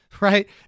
right